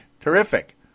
terrific